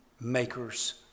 makers